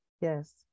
Yes